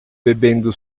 bebendo